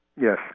Yes